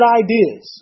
ideas